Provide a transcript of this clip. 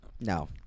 No